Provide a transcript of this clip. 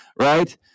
right